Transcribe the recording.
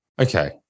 Okay